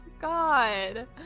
God